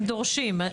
הם דורשים.